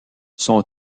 son